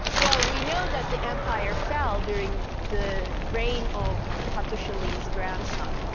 well, we know that the empire fell during the reign of hattusili's grandson.